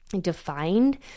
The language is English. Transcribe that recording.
defined